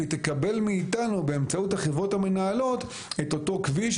והיא תקבל מאיתנו באמצעות החברות המנהלות את אותו כביש,